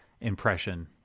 impression